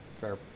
fair